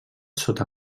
sota